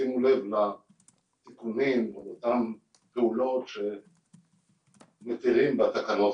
שימו לב לתיקונים או אותן פעולות שמתירים בתקנות